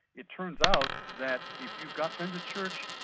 it turns out that if you've got friends at church,